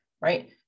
right